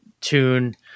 tune